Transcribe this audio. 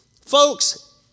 Folks